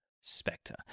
Spectre